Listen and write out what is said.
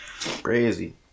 Crazy